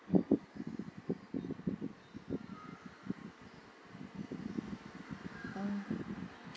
mm